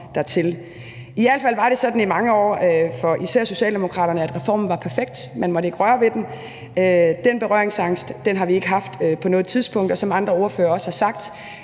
I hvert fald var det sådan i mange år for især Socialdemokraterne, at reformen var perfekt, man måtte ikke røre ved den. Den berøringsangst har vi ikke haft på noget tidspunkt, og som andre ordførere også har sagt,